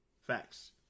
facts